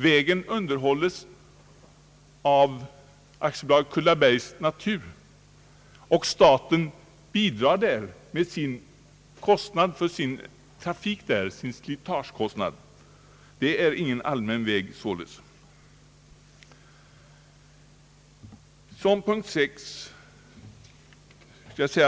Vägen underhålles av AB Kullabergs natur, och staten bidrar med slitagekostnader för sin trafik där. Det är således ingen allmän väg. 6)